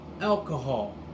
alcohol